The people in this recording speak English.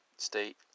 State